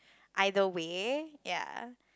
either way ya